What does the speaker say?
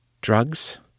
Drugs